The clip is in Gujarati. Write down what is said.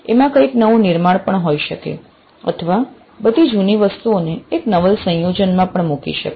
એમાં કંઈક નવું નિર્માણ પણ હોય શકે અથવા બધી જૂની વસ્તુઓ ને એક નવલ સંયોજન માં પણ મૂકી શકાય